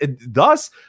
thus